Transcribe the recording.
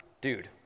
dude